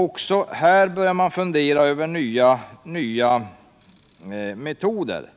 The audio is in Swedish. Också här börjar man fundera på nya metoder.